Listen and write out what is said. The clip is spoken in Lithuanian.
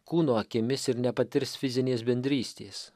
kūno akimis ir nepatirs fizinės bendrystės